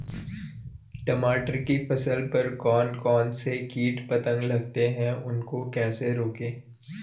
टमाटर की फसल पर कौन कौन से कीट पतंग लगते हैं उनको कैसे रोकें?